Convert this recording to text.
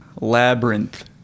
Labyrinth